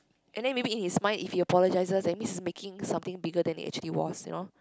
and then maybe in his mind if he apologises that means he is making something then he actually was you know